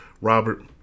Robert